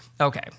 Okay